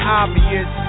obvious